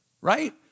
right